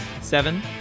Seven